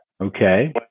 okay